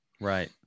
Right